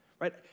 right